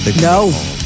No